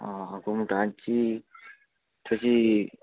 आं घुमटची थंयची